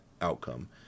outcome